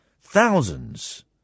Thousands